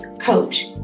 coach